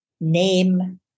name